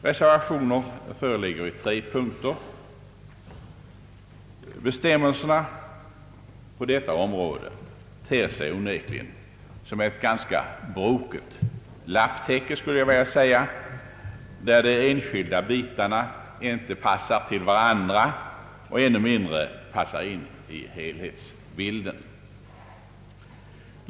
Reservationer föreligger på tre punkter. Bestämmelserna på detta område ter sig onekligen som ett ganska brokigt lapptäckte, skulle jag vilja säga, där de enskilda bitarna inte passar till varandra och ännu mindre passar in i helhetsbilden.